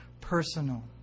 personal